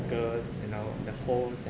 circles you know the holes and